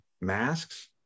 masks